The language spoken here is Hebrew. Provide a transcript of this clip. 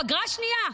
פגרה שנייה,